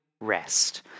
rest